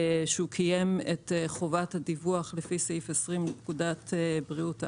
שזאת חובת דיווח לפי סעיף 20 לפקודת בריאות העם.